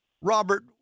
Robert